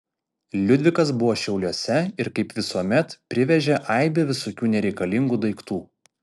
liudvikas buvo šiauliuose ir kaip visuomet privežė aibę visokių nereikalingų daiktų